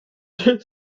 dieu